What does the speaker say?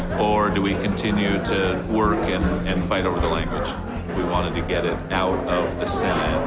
or do we continue to work and and fight over the language? if we wanted to get it out of the senate,